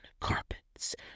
carpets